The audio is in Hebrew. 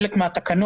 חלק מן התקנות.